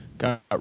Got